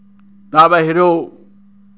তাৰ বাহিৰেও